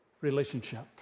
relationship